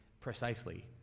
precisely